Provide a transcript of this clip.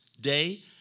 day